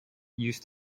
used